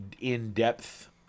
in-depth